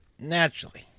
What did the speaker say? Naturally